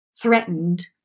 threatened